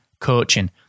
coaching